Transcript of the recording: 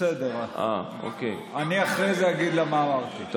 בסדר, אני אחרי זה אגיד לה מה אמרתי.